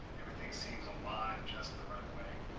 everything seems aligned just the right way.